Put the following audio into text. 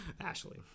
Ashley